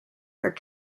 are